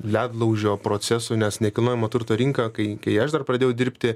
ledlaužio procesų nes nekilnojamo turto rinka kai kai aš dar pradėjau dirbti